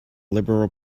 liberal